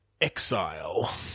Exile